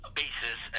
basis